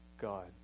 God